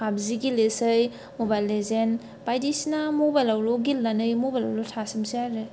पाब जि गेलेसै मबाइल लेजेन बायदिसिना मबाइल' गेलेनानै मबाइलावल' थसोमसै आरो